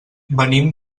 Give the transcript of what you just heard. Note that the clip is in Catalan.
venim